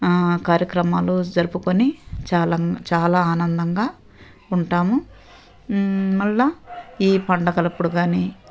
కార్యక్రమాలు జరుపుకొని చాలన్ చాలా ఆనందంగా ఉంటాము మళ్ళీ ఈ పండగలప్పుడు కానీ